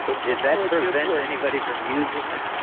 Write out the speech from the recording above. but did that prevent anybody from using it?